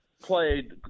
played